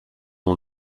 aux